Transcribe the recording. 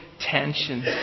tension